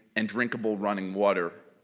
and drinkable running water.